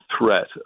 threat